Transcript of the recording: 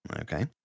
Okay